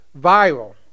viral